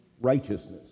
righteousness